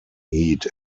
heat